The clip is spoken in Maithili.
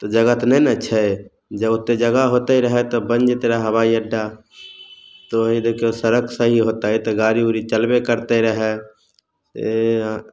तऽ जगह तऽ नहि ने छै जब ओतेक जगह होयतै रहए तब बनि जयतै रहए हवाइ अड्डा तऽ ओहि देखियौ सड़क सही होयतै तऽ गाड़ी ओड़ी चलबे करतै रहए से